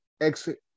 Exit